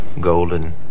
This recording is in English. golden